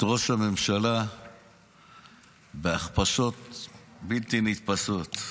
ראש הממשלה בהכפשות בלתי נתפסות.